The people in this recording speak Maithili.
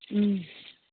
हूँ